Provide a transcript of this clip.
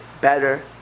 better